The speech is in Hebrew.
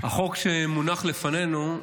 החוק שמונח לפנינו,